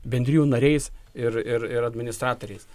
bendrijų nariais ir ir ir administratoriais